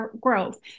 growth